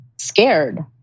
scared